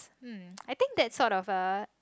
um I think that sort of uh